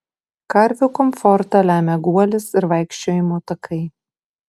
karvių komfortą lemia guolis ir vaikščiojimo takai